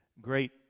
great